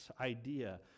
idea